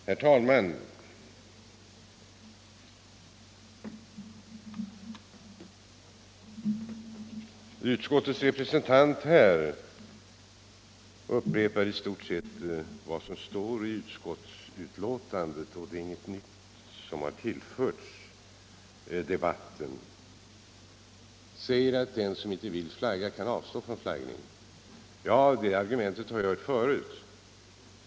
Herr talman! Utskottets representant här upprepade i stort sett vad som står i utskottsbetänkandet. Det är inget nytt som har tillförts debatten. Herr Karlsson i Malung säger att den som inte vill flagga kan avstå från flaggningen. Det argumentet har jag hört förut.